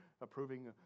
approving